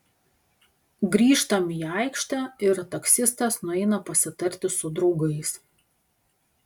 grįžtam į aikštę ir taksistas nueina pasitarti su draugais